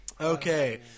Okay